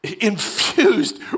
infused